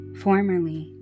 formerly